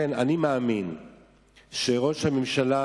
אני מאמין שראש הממשלה,